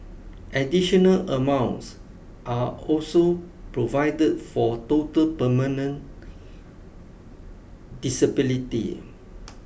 additional amounts are also provided for total permanent disability